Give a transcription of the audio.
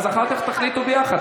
אז אחר כך תחליטו יחד.